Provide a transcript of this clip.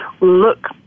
look